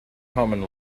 common